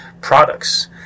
products